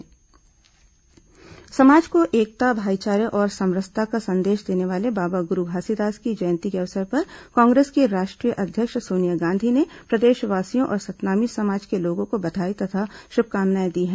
घासीदास जयंती समाज को एकता भाईचारे और समरसता का संदेश देने वाले बाबा गुरू घासीदास की जयंती के अवसर पर कांग्रेस की राष्ट्रीय अध्यक्ष सोनिया गांधी ने प्रदेशवासियों और सतनामी समाज के लोगों को बधाई तथा शुभकामनाए दी हैं